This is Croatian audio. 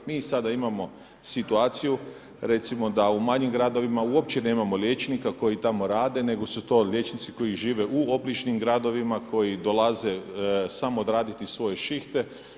Mi sada imamo situaciju, recimo da u manjim gradovima uopće nemamo liječnika koji tamo rade, nego su to liječnici koji žive u obližnjim gradovima koji dolaze samo odraditi svoje šihte.